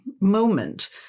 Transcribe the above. moment